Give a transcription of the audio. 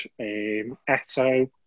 Eto